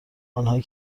آنهایی